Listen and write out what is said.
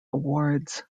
awards